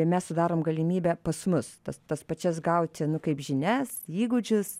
mes sudarom galimybę pas mus tas tas pačias gauti nu kaip žinias įgūdžius